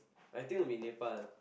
I think would be Nepal